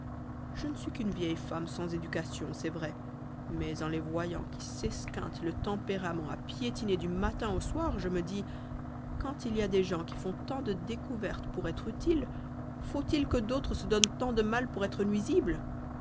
je ne suis qu'une vieille femme sans éducation c'est vrai mais en les voyant qui s'esquintent le tempérament à piétiner du matin au soir je me dis quand il y a des gens qui font tant de découvertes pour être utiles faut il que d'autres se donnent tant de mal pour être nuisibles